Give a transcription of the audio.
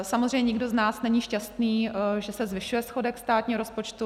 Samozřejmě nikdo z nás není šťastný, že se zvyšuje schodek státního rozpočtu.